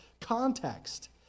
context